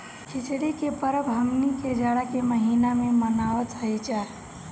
खिचड़ी के परब हमनी के जाड़ा के महिना में मनावत हई जा